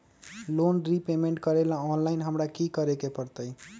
Loan repayment करेला online हमरा की करे के परतई?